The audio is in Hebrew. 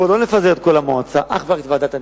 פה לא נפזר את כל המועצה, אך ורק את ועדת המשנה.